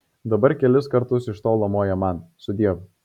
dabar kelis kartus iš tolo moja man sudiev